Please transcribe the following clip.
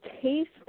taste